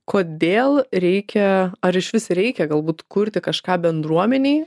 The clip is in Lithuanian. kodėl reikia ar išvis reikia galbūt kurti kažką bendruomenei